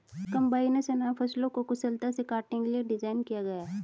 combines अनाज फसलों को कुशलता से काटने के लिए डिज़ाइन किया गया है